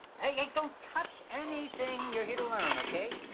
hey, hey, don't touch anything you're here to learn, okay?